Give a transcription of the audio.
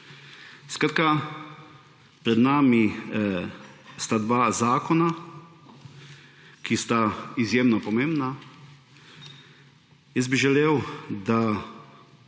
Skratka, pred nami sta dva zakona, ki sta izjemno pomembna. Jaz bi želel, pa